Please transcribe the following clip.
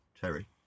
Terry